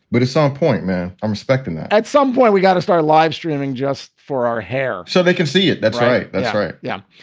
but it's on point, man. i'm respecting that at some point we got to star live streaming just for our hair so they can see it. that's right. that's right. yeah.